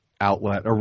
outlet